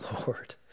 Lord